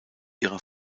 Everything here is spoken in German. ihrer